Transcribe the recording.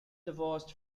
divorced